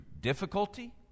difficulty